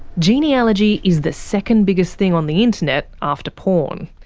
genealogy is the second biggest thing on the internet, after porn.